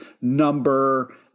number